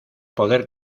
poder